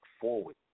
forward